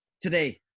today